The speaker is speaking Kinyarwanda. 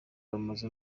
bamaze